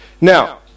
Now